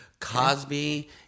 Cosby